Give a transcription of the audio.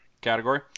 category